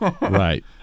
Right